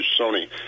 Sony